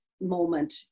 moment